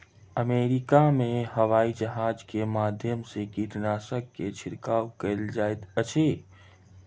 America में हवाईजहाज के माध्यम से कीटनाशक के छिड़काव कयल जाइत अछि